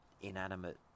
inanimate